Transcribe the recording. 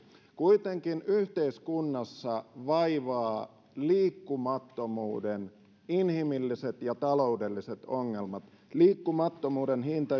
kuitenkin yhteiskunnassa vaivaavat liikkumattomuuden inhimilliset ja taloudelliset ongelmat liikkumattomuuden hinnan